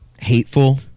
Hateful